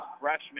freshman